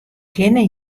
kinne